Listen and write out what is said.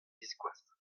biskoazh